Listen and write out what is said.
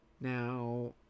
Now